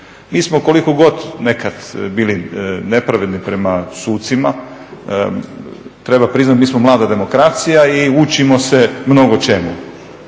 Mi smo koliko god nekad bili nepravedni prema sucima, treba priznati mi smo mlada demokracija i učimo se mnogo čemu